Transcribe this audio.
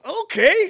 Okay